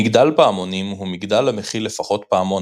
מגדל פעמונים הוא מגדל המכיל לפחות פעמון